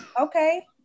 Okay